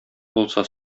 булса